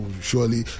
Surely